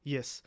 Yes